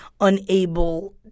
unable